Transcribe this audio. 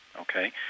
Okay